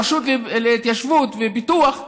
ברשות להתיישבות ופיתוח,